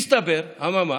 מסתבר, אממה,